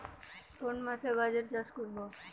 কোন মাসে গাজর চাষ করব?